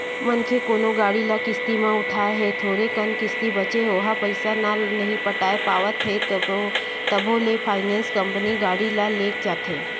मनखे कोनो गाड़ी ल किस्ती म उठाय हे थोरे कन किस्ती बचें ओहा पइसा ल नइ पटा पावत हे तभो ले फायनेंस कंपनी गाड़ी ल लेग जाथे